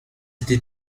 était